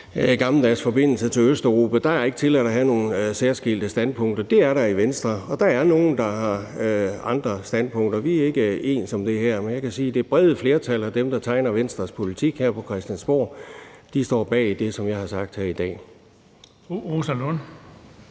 gammeldags forbindelser til Østeuropa. Der er det ikke tilladt at have nogle særskilte standpunkter. Det er det i Venstre, og der er nogle, der har andre standpunkter, og vi er ikke ens om det her. Men jeg kan sige, at det brede flertal af dem, der tegner Venstres politik her på Christiansborg, står bag det, som jeg har sagt her i dag.